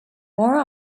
more